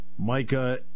Micah